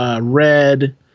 red